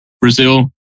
Brazil